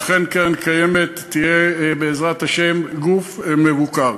ואכן קרן קיימת תהיה, בעזרת השם, גוף מבוקר.